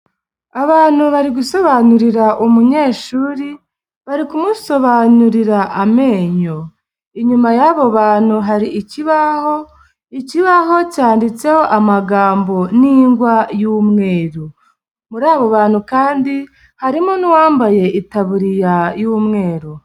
Abantu bari gusobanurira umunyeshuri bari kumusobanurira amenyo, inyuma y'abo bantu hari ikibaho, ikibaho cyanditseho amagambo n'ingwa y'umweru, muri abo bantu kandi harimo n'uwambaye itaburiya y'umweru.